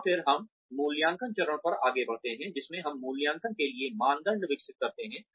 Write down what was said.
और फिर हम मूल्यांकन चरण पर आगे बढ़ते हैं जिसमें हम मूल्यांकन के लिए मानदंड विकसित करते हैं